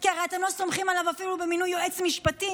הרי אתם לא סומכים עליו אפילו במינוי יועץ משפטי,